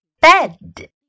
bed